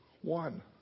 One